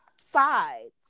sides